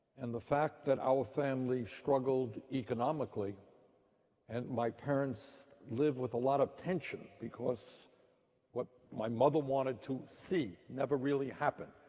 and the fact that our family struggled economically and my parents live with a lot of tension because what may mother wanted to see never really happened.